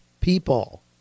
people